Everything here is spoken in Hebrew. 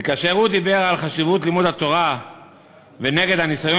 וכאשר הוא דיבר על חשיבות לימוד התורה ונגד הניסיון